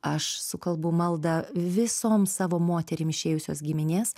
aš sukalbu maldą visoms savo moterim išėjusios giminės